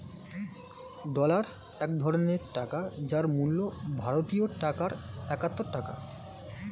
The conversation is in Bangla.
ডলার এক ধরনের টাকা যার মূল্য ভারতীয় টাকায় একাত্তর টাকা